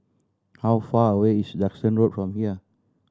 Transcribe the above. how far away is Duxton Road from here